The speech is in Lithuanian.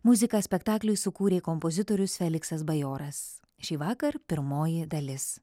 muziką spektakliui sukūrė kompozitorius feliksas bajoras šįvakar pirmoji dalis